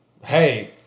Hey